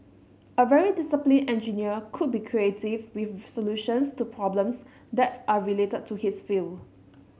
a very disciplined engineer could be creative with solutions to problems that are related to his field